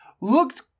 looked